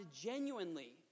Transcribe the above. genuinely